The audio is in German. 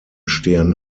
stehen